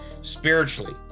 spiritually